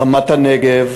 רמת-הנגב.